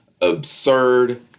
absurd